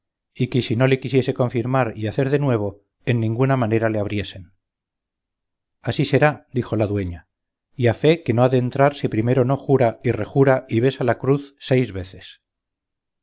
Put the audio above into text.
y que si no le quisiese confirmar y hacer de nuevo en ninguna manera le abriesen así será dijo la dueña y a fe que no ha de entrar si primero no jura y rejura y besa la cruz seis veces